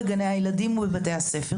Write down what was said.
בגני הילדים ובבתי הספר.